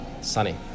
sunny